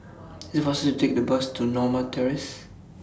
IT IS faster to Take The Bus to Norma Terrace